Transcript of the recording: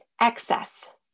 excess